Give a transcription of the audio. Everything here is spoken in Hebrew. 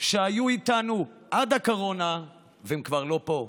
שהיו איתנו עד הקורונה והם כבר לא פה.